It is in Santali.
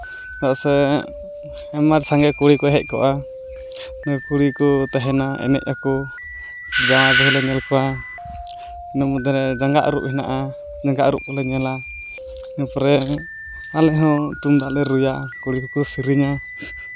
ᱪᱮᱫᱟᱜ ᱥᱮ ᱟᱭᱢᱟ ᱥᱟᱸᱜᱮ ᱠᱩᱲᱤ ᱠᱚ ᱦᱮᱡ ᱠᱚᱜᱼᱟ ᱠᱩᱲᱤ ᱠᱚ ᱛᱟᱦᱮᱱᱟ ᱮᱱᱮᱡ ᱟᱠᱚ ᱡᱟᱶᱟᱭ ᱵᱟᱹᱦᱩ ᱞᱮ ᱧᱮᱞ ᱠᱚᱣᱟ ᱤᱱᱟᱹ ᱢᱚᱫᱽᱫᱷᱮ ᱨᱮ ᱡᱟᱸᱜᱟ ᱟᱹᱨᱩᱵ ᱦᱮᱱᱟᱜᱼᱟ ᱡᱟᱸᱜᱟ ᱟᱹᱨᱩᱵ ᱠᱚᱞᱮ ᱧᱮᱞᱟ ᱤᱱᱟᱹ ᱯᱚᱨᱮ ᱟᱞᱮ ᱦᱚᱸ ᱛᱩᱢᱫᱟᱜ ᱞᱮ ᱨᱩᱭᱟ ᱠᱩᱲᱤ ᱠᱚᱠᱚ ᱥᱮᱨᱮᱧᱟ